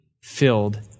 filled